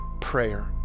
prayer